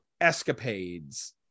escapades